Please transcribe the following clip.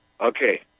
Okay